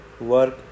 work